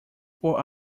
four